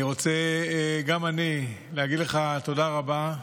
אני רוצה, גם אני, להגיד לך תודה רבה.